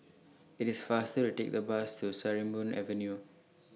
IT IS faster to Take The Bus to Sarimbun Avenue